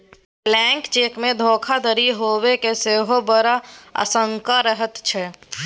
blank चेकमे धोखाधड़ी हेबाक सेहो बड़ आशंका रहैत छै